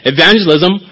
Evangelism